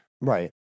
Right